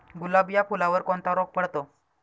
गुलाब या फुलावर कोणता रोग पडतो?